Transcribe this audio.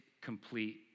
complete